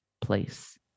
place